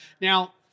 Now